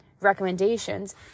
recommendations